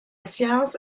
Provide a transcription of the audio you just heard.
science